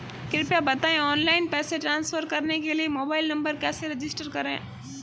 कृपया बताएं ऑनलाइन पैसे ट्रांसफर करने के लिए मोबाइल नंबर कैसे रजिस्टर करें?